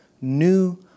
new